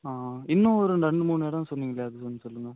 ஆ இன்னும் ஒரு ரெண்டு மூணு இடம் சொன்னீங்களே அது கொஞ்சம் சொல்லுங்கள்